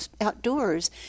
outdoors